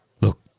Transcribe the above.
Look